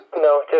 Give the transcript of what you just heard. No